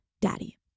daddy